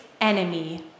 enemy